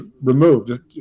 removed